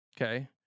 Okay